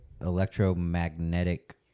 electromagnetic